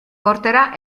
porterà